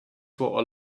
for